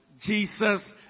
Jesus